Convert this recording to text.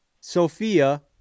Sophia